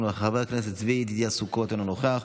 אינו נוכח,